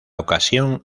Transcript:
ocasión